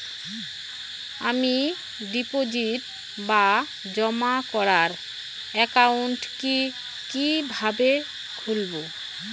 আমি ডিপোজিট বা জমা করার একাউন্ট কি কিভাবে খুলবো?